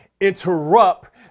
interrupt